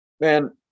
man